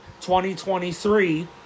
2023